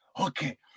okay